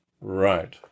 Right